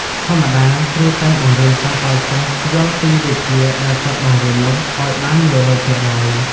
ធម្មតា គ្រូតែងបង្រៀនសិស្សឲ្យចេះយល់ពីវិជ្ជាដែលគាត់បង្រៀននោះ ឲ្យបាន១០០ភាគរយ ។